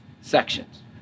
sections